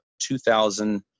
2,000